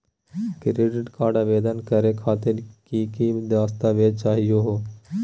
Credit card आवेदन करे खातिर की की दस्तावेज चाहीयो हो?